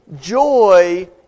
Joy